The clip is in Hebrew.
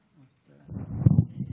רגב, בבקשה.